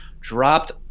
dropped